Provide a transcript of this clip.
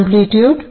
amplitude